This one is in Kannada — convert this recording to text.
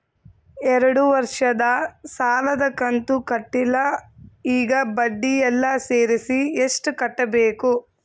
ಎರಡು ವರ್ಷದ ಸಾಲದ ಕಂತು ಕಟ್ಟಿಲ ಈಗ ಬಡ್ಡಿ ಎಲ್ಲಾ ಸೇರಿಸಿ ಎಷ್ಟ ಕಟ್ಟಬೇಕು?